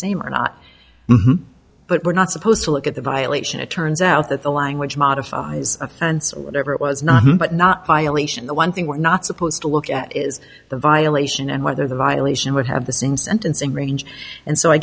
same or not but we're not supposed to look at the violation it turns out that the language modifies offense or whatever it was not but not violation the one thing we're not supposed to look at is the violation and whether the violation would have the same sentencing range and so i